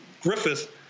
Griffith